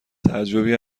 تعجبی